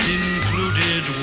included